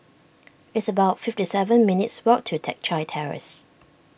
it's about fifty seven minutes' walk to Teck Chye Terrace